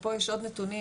פה יש עוד נתונים.